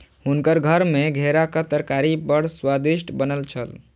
हुनकर घर मे घेराक तरकारी बड़ स्वादिष्ट बनल छल